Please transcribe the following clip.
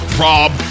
Rob